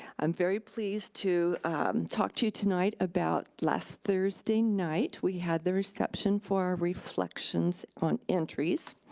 i'm very pleased to talk to you tonight about last thursday night. we had the reception for reflections on entries.